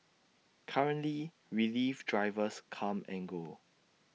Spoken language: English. currently relief drivers come and go